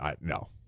no